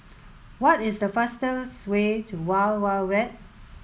what is the fastest way to Wild Wild Wet